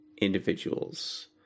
Individuals